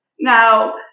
Now